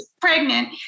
pregnant